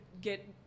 get